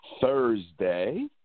Thursday